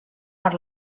per